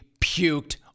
puked